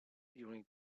during